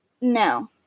No